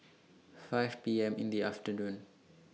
five P M in The afternoon